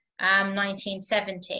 1970